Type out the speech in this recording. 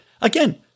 again